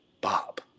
Bob